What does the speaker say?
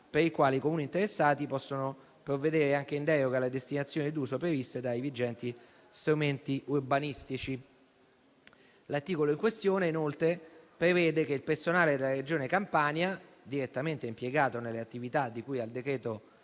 per le quali i Comuni interessati possono provvedere anche in deroga alle destinazioni d'uso previste dai vigenti strumenti urbanistici. L'articolo in questione prevede inoltre che il personale della Regione Campania direttamente impiegato nelle attività di cui al decreto-legge